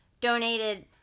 donated